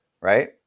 right